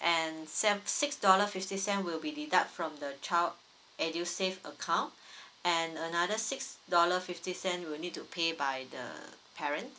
and six dollar fifty cent will be deduct from the child edusave account and another six dollar fifty cent will need to pay by the parent